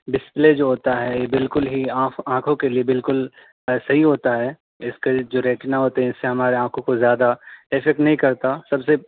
display جو ہوتا ہے بالکل ہی آنکھ آنکھوں کے لیے بالکل ویسے ہی ہوتا ہے اس کا جو ریٹنا ہوتے ہیں اس سے ہمارے آنکھوں پہ زیادہ ایفکٹ نہیں کرتا سب سے